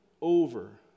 over